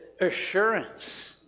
assurance